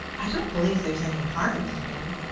i don't believe there's any harm in him.